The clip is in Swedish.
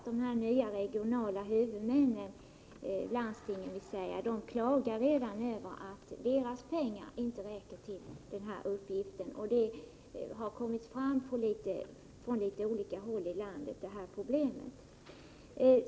De nya regionala huvudmännen, dvs. landstingen, klagar redan över att deras pengar inte räcker till den här uppgiften. Problemet har kommit fram från litet olika håll i landet.